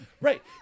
Right